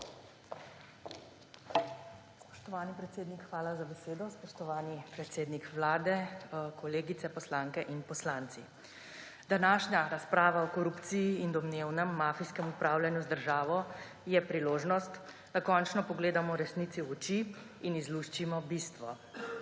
Spoštovani predsednik, hvala za besedo. Spoštovani predsednik Vlade, kolegice poslanke in poslanci! Današnja razprava o korupciji in domnevnem mafijskem upravljanju z državo je priložnost, da končno pogledamo resnici v oči in izluščimo bistvo.